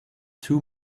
two